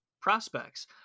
prospects